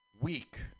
weak